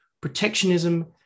protectionism